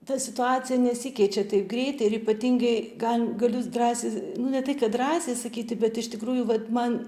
ta situacija nesikeičia taip greitai ir ypatingai gan galiu drąsiai nu ne tai kad drąsiai sakyti bet iš tikrųjų vat man